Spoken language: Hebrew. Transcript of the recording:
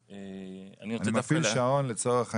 אני מפעיל שעון לצורך העניין,